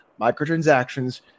microtransactions